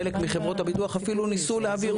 חלק מחברות הביטוח אפילו ניסו להעביר